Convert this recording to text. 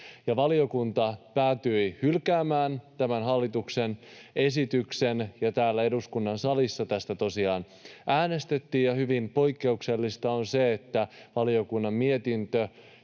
Valiokunta päätyi hylkäämään tämän hallituksen esityksen, ja täällä eduskunnan salissa tästä tosiaan äänestettiin. Hyvin poikkeuksellista on se, että valiokunnan mietintö,